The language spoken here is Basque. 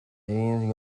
egin